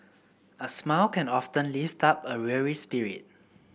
a smile can often lift up a weary spirit